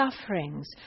sufferings